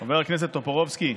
חבר הכנסת טופורובסקי,